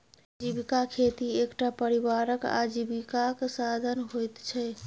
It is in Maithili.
जीविका खेती एकटा परिवारक आजीविकाक साधन होइत छै